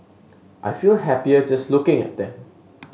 I feel happier just looking at them